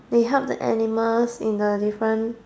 they help the animals in a different